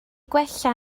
gwella